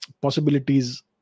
possibilities